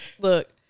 look